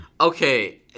Okay